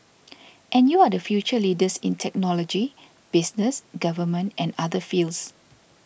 and you are the future leaders in technology business government and other fields